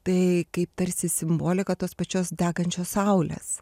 tai kaip tarsi simbolika tos pačios degančios saulės